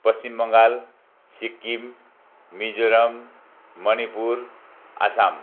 Paschim Bengal Sikkim Mizoram Manipur Assam